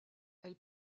elle